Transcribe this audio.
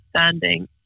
understanding